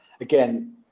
again